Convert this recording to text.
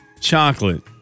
chocolate